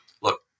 Look